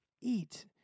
eat